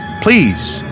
please